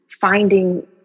finding